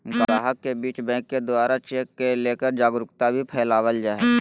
गाहक के बीच बैंक के द्वारा चेक के लेकर जागरूकता भी फैलावल जा है